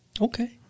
Okay